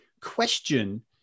question